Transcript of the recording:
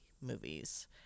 movies